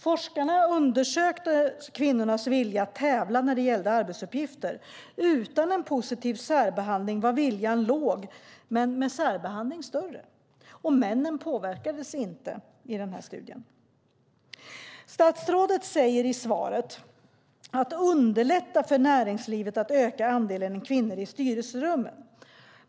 Man undersökte kvinnors vilja att tävla när det gällde arbetsuppgifter. Utan positiv särbehandling var viljan liten, men med särbehandling var den större. Männen påverkades inte. Statsrådet talar i svaret om att underlätta för näringslivet att öka andelen kvinnor i styrelserummen.